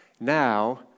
Now